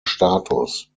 status